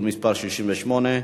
2012,